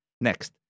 Next